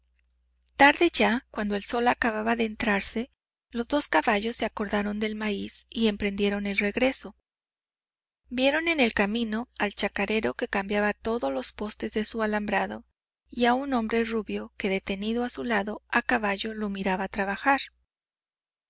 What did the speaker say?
tarde ya cuando el sol acababa de entrarse los dos caballos se acordaron del maíz y emprendieron el regreso vieron en el camino al chacarero que cambiaba todos los postes de su alambrado y a un hombre rubio que detenido a su lado a caballo lo miraba trabajar